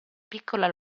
piccola